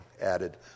added